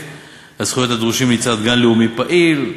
הזכויות הדרושים ליצירת גן לאומי פעיל,